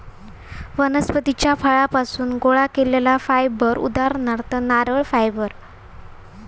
वनस्पतीच्या फळांपासुन गोळा केलेला फायबर उदाहरणार्थ नारळ फायबर